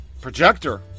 projector